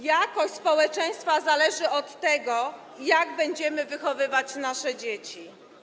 Jakość społeczeństwa zależy od tego, jak będziemy wychowywać nasze dzieci.